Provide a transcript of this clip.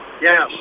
yes